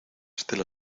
estela